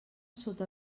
sota